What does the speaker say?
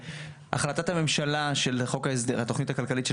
החלטת הממשלה של חוק התוכנית הכלכלית של